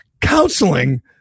counseling